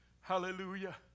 Hallelujah